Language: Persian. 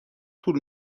طول